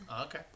Okay